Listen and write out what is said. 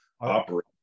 operate